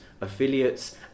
affiliates